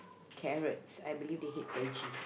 carrots I believe they hate veggie